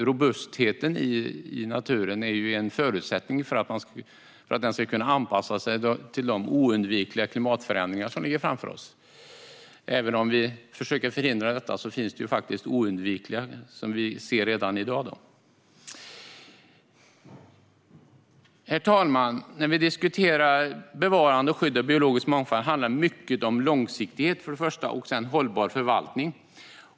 Robustheten i naturen är en förutsättning för att den ska kunna anpassa sig till de oundvikliga klimatförändringar som ligger framför oss. Även om vi försöker att förhindra dem ser vi redan i dag att det finns de som är oundvikliga. Herr talman! När vi diskuterar bevarande och skydd av biologisk mångfald handlar mycket om långsiktighet och hållbar förvaltning.